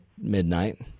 midnight